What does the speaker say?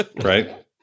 right